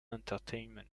entertainment